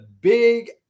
big